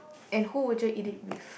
and who would you eat it with